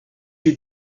you